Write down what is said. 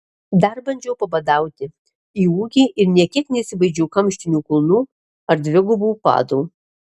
dar bandžiau pabadauti į ūgį ir nė kiek nesibaidžiau kamštinių kulnų ar dvigubų padų